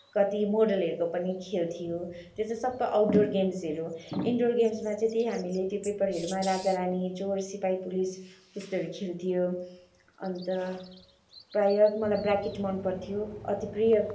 कति मोडलहरूको पनि खेल्थ्यौँ त्यो चाहिँ सबै आउटडोर गेम्सहरू इन्डोर गेम्समा चाहिँ त्यही हामीले त्यो पेपरहरूमा राजा रानी चोर सिपाही पुलिस त्यस्तोहरू खेल्थ्यौँ अन्त प्रायः मलाई ब्रेकेट मनपर्थ्यो अति प्रिय